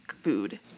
food